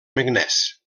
meknès